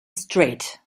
straight